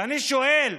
ואני שואל: